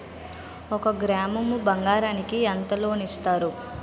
ఒక గ్రాము బంగారం కి ఎంత లోన్ ఇస్తారు?